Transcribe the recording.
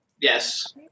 Yes